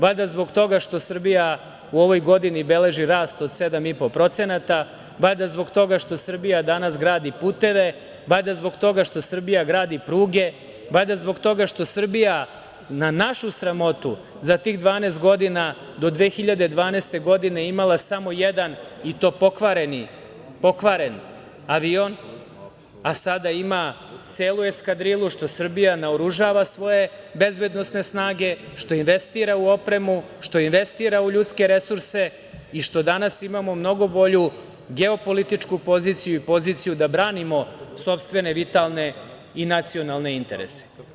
Valjda zbog toga što Srbija u ovoj godini beleži rast od 7,5%, valjda zbog toga što Srbija danas gradi puteve, valjda zbog toga što Srbija gradi pruge, valjda zbog toga što Srbija na našu sramotu za tih 12 godina do 2012. godine, imala samo jedan i to pokvaren avion, a sada ima celu eskadrilu što Srbija naoružava svoje bezbednosne snage, što investira u opremu, što investira u ljudske resurse i što danas imamo mnogo bolju geopolitičku poziciju i poziciju da branimo sopstvene vitalne i nacionalne interese.